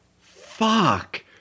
fuck